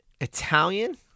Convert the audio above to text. Italian